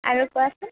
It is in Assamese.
আৰু কোৱাচোন